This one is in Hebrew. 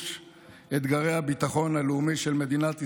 אתגרי הביטחון הלאומי של מדינת ישראל,